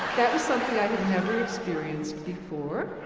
that was something i had never experienced before.